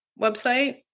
website